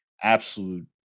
Absolute